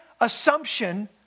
assumption